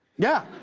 yeah.